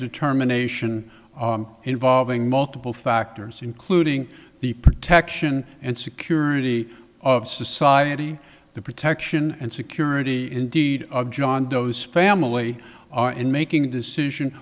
determination involving multiple factors including the protection and security of society the protection and security indeed of john doe's family are in making a decision